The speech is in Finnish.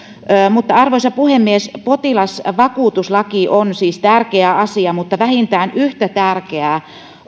arvoisa puhemies potilasvakuutuslaki on siis tärkeä asia mutta vähintään yhtä tärkeää